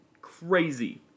crazy